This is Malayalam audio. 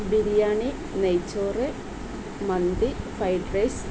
ബിരിയാണി നെയ്ച്ചോറ് മന്തി ഫൈഡ് റൈസ്